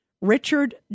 Richard